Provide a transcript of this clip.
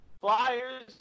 Flyers